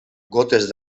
gotes